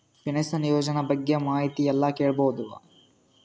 Pension ಯೋಜನ ಬಗ್ಗೆ ಮಾಹಿತಿ ಎಲ್ಲ ಕೇಳಬಹುದು?